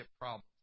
problems